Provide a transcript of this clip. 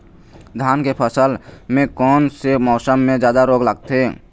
धान के फसल मे कोन से मौसम मे जादा रोग लगथे?